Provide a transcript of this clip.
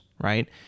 right